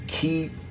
keep